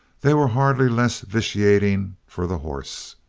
they were hardly less vitiating for the horse.